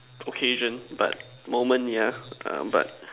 occasion but moment yeah um but